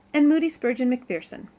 and moody spurgeon macpherson.